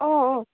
অঁ অঁ